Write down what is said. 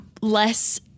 less